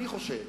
אני חושב